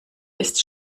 ist